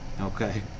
Okay